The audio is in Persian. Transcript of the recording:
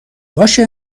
باشه